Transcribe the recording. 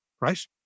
right